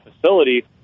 facility